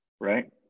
right